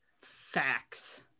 facts